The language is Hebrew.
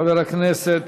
חבר הכנסת